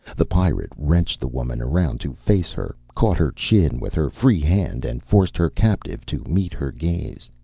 the pirate wrenched the woman around to face her, caught her chin with her free hand and forced her captive to meet her gaze.